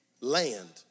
land